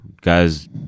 Guys